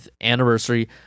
anniversary